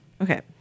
Okay